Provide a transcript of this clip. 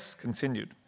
continued